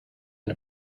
and